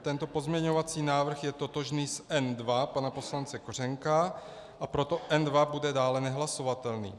Tento pozměňovací návrh je totožný s N2 pana poslance Kořenka, a proto N2 bude dále nehlasovatelný.